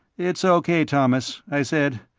it's o k, thomas, i said.